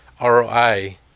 ROI